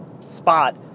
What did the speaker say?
spot